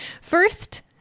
First